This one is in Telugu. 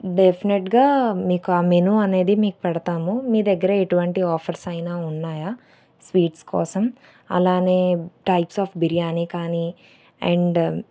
డెఫినెట్గా మీకు ఆ మెనూ అనేది మీకు పెడతాము మీ దగ్గర ఎటువంటి ఆఫర్స్ అయినా ఉన్నాయా స్వీట్స్ కోసం అలానే టైప్స్ ఆఫ్ బిర్యానీ కానీ అండ్